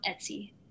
Etsy